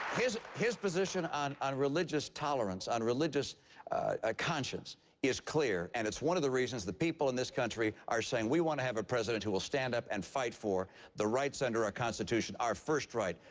his his position on on religious tolerance, on religious conscience is clear, and it's one of the reasons the people in this country are saying we want to have a president who will stand up and fight for the rights under our constitution, our first right,